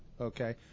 okay